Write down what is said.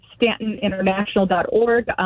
stantoninternational.org